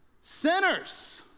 Sinners